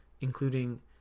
including